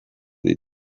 dit